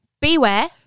Beware